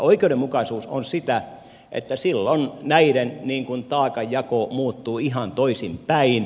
oikeudenmukaisuus on sitä että silloin näiden taakanjako muuttuu ihan toisinpäin